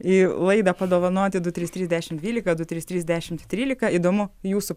į laidą padovanoti du trys trys dešim dvylika du trys trys dešimt trylika įdomu jūsų